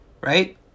right